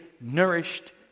nourished